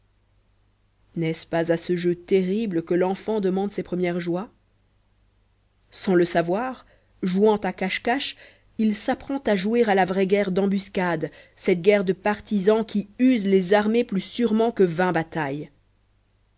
n'estce pas à ce jeu terrible que l'enfant demande ses premières joies sans le savoir jouant à cache-cache il s'apprend à jouer à la vraie guerre d'embuscade cette guerre de partisan qui use les armées plus sûrement que vingt batailles